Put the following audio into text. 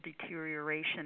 deterioration